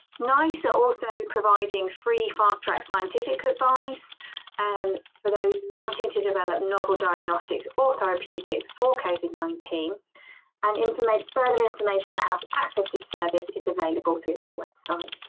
nice are also providing free fast-track scientific advice um for those wanting to develop novel diagnostics or therapeutics for covid nineteen and implement information on how to access this service is available through their website.